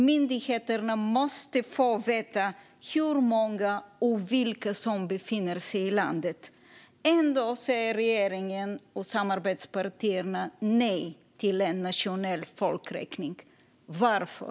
Myndigheterna måste få veta hur många och vilka som befinner sig i landet. Ändå säger regeringen och samarbetspartierna nej till en nationell folkräkning. Varför?